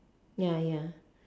ya ya